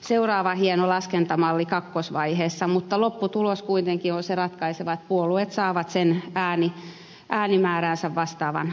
seuraava hieno laskentamalli kakkosvaiheessa mutta lopputulos kuitenkin on se ratkaiseva että puolueet saavat sen äänimääräänsä vastaavan paikkaluvun